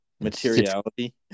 materiality